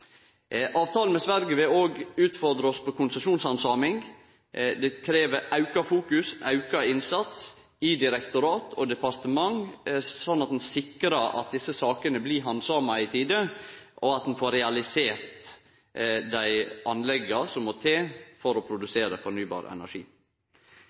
Avtalen med Sverige vil òg utfordre oss på konsesjonshandsaming. Det krev auka fokus og auka innsats i direktorat og departement, slik at ein sikrar at desse sakene blir handsama i tide, og at ein får realisert dei anlegga som må til for å